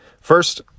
First